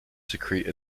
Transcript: secrete